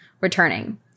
Returning